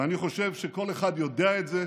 ואני חושב שכל אחד יודע את זה.